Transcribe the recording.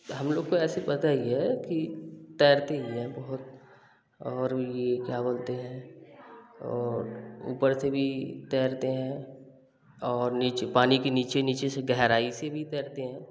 हम लोग को ऐसे पता ही है कि तैरते ही हैं बहुत और ये क्या बोलते हैं और ऊपर से भी तैरते हैं और नीचे पानी के नीचे नीचे से गहराई से भी तैरते हैं